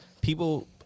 people